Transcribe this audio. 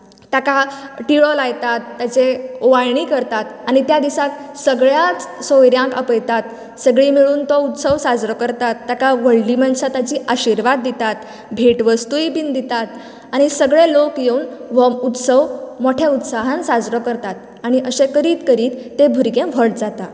ताका तिळो लायतात ताची ओंवाळणी करतात आनी दिसांक सगळ्यांक सोयऱ्याक आपयतात सगळीं मेळून तो उत्सव साजरो करतात ताका व्हडली मनशां तांका आशिर्वाद दितात भेट वस्तूंय दितात आनी सगळें लोक येवन हो उत्वस मोट्या उत्सवान साजरो करतात आनी अशें करीत करीत ते भुरगें व्हड जाता